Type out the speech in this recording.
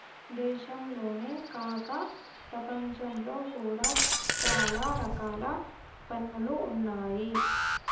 దేశంలోనే కాక ప్రపంచంలో కూడా చాలా రకాల పన్నులు ఉన్నాయి